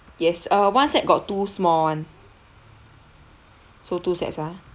yes uh one set got two small [one] so two sets ah